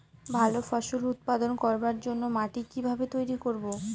ভালো ফসল উৎপাদন করবার জন্য মাটি কি ভাবে তৈরী করব?